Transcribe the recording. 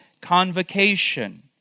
convocation